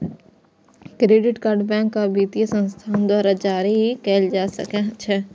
credit card bank आ वित्तीय संस्थान द्वारा जारी कैल जाइ छै